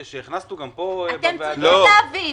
אתם צריכים להבין